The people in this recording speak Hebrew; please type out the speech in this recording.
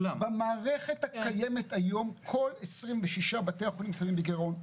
במערכת הקיימת היום כל 26 בתי החולים מסיימים בגירעון.